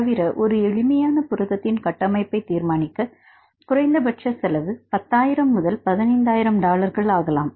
தவிர ஒரு எளிமையான புரதத்தின் கட்டமைப்பை தீர்மானிக்க குறைந்த பட்ச செலவு 10000 முதல் 15000 டாலர்கள் ஆகலாம்